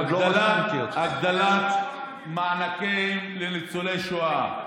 הגדלת מענקים לניצולי שואה,